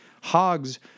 Hogs